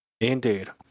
Indeed